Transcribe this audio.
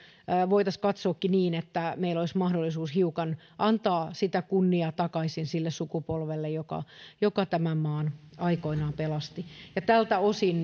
voitaisiinkin katsoa niin että meillä olisi mahdollisuus hiukan antaa kunniaa takaisin sille sukupolvelle joka joka tämän maan aikoinaan pelasti tältä osin